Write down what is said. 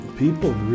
People